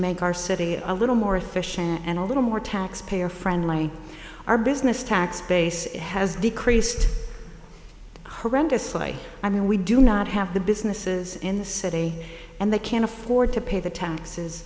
make our city a little more efficient and a little more taxpayer friendly our business tax base has decreased horrendously i mean we do not have the businesses in the city and they can't afford to pay the taxes